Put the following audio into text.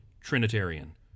Trinitarian